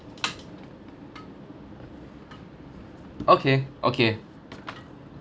okay okay